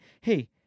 hey